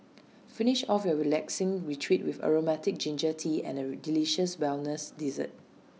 finish off your relaxing retreat with Aromatic Ginger Tea and A delicious wellness dessert